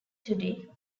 today